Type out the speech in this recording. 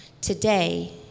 today